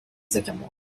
sycamore